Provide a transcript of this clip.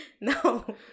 No